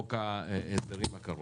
חוק ההסדרים הקרוב.